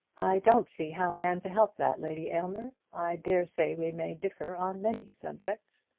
i don't see how i am to help that, lady aylmer. i dare say we may differ on many subjects.